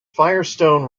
firestone